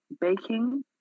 baking